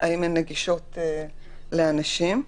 האם הן נגישות לאנשים.